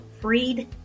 Freed